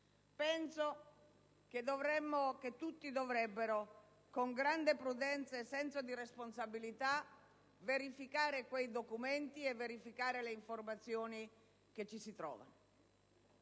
Penso che tutti dovrebbero, con grande prudenza e senso di responsabilità, verificare quei documenti e le informazioni che vi si trovano.